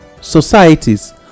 societies